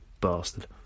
bastard